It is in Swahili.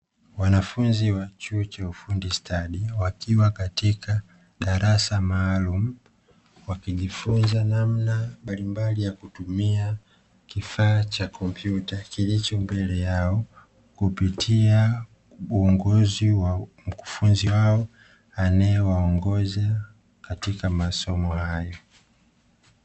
Wanafunzi wa chuo cha ufundi stadi, wakiwa katika darasa maalumu, wakijifunza namna mbalimbali ya kutumia kifaa cha kompyuta kilicho mbele yao, kupitia uongozi wa mkufunzi wao anaye waongoza katika masomo hayo.